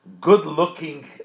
good-looking